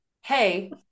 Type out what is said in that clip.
hey